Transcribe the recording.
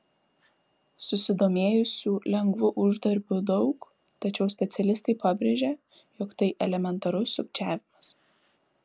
susidomėjusių lengvu uždarbiu daug tačiau specialistai pabrėžia jog tai elementarus sukčiavimas